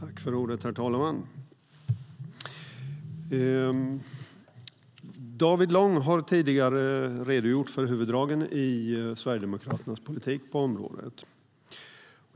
Herr talman! David Lång har tidigare redogjort för huvuddragen i Sverigedemokraternas politik på området.